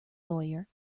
lawyer